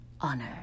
honor